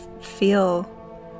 feel